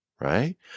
right